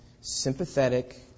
sympathetic